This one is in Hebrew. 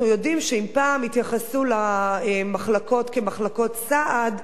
אנחנו יודעים שאם פעם התייחסו למחלקות כמחלקות סעד,